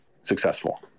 successful